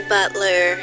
Butler